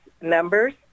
numbers